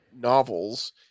novels